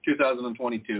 2022